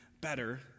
better